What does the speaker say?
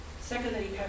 Secondly